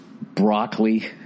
broccoli